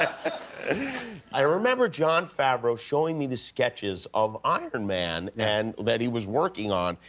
ah i remember jon favreau showing me the sketches of iron man, and that he was working on,